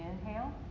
inhale